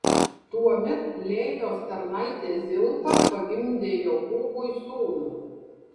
tuomet lėjos tarnaitė zilpa pagimdė jokūbui sūnų